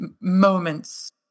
moments